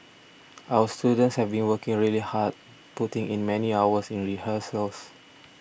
our students have been working really hard putting in many hours in rehearsals